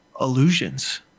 illusions